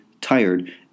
tired